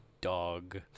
dog